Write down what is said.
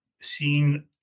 seen